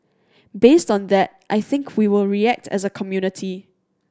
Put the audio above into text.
based on that I think we will react as a community